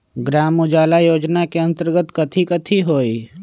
ग्राम उजाला योजना के अंतर्गत कथी कथी होई?